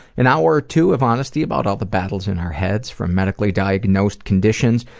an hour or two of honesty about all the battles in our heads, from medically diagnosed conditions,